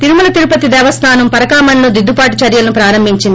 తిరుమల తిరుపతి దేవస్లానం పరకామణిలో దిద్దుబాటు చర్యలను ప్రారంభించింది